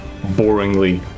boringly